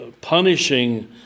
punishing